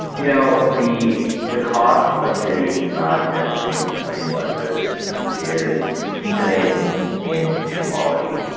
you know the the cost of cities not investing in buses is deepening in equality.